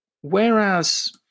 whereas